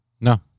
no